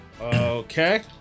Okay